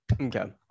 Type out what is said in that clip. Okay